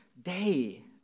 day